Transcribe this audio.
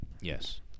Yes